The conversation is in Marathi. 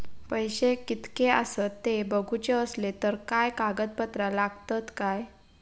पैशे कीतके आसत ते बघुचे असले तर काय कागद पत्रा लागतात काय?